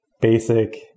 basic